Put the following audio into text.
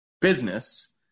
business